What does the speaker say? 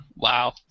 Wow